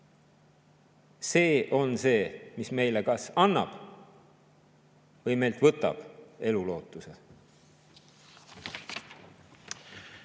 See on see, mis meile kas annab või meilt võtab elulootuse.